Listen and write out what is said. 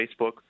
Facebook